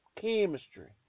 Chemistry